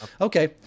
okay